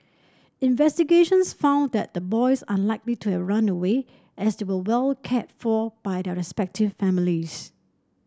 investigations found that the boys unlikely to have run away as they were well cared for by their respective families